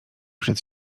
przed